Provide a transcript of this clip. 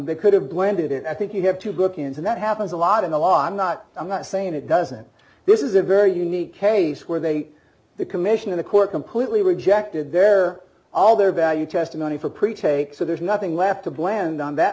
they could have blended in i think you have to go ok and that happens a lot in the law i'm not i'm not saying it doesn't this is a very unique case where they the commission of the court completely rejected their all their value testimony for pretaped so there's nothing left to bland on that